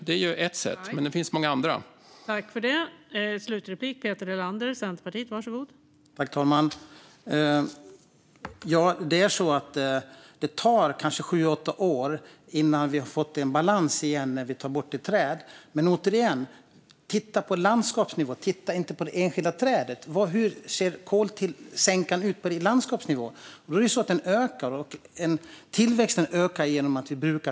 Det är ett sätt, men det finns många andra också.